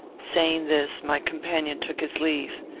saying this, my companion took his leave.